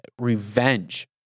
revenge